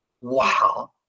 wow